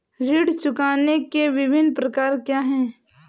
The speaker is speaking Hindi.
ऋण चुकाने के विभिन्न प्रकार क्या हैं?